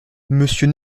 monsieur